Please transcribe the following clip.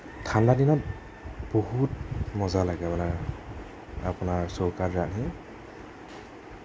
ঠাণ্ডা দিনত বহুত মজা লাগে মানে আপোনাৰ চৌকাত ৰান্ধি